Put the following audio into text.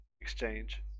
exchange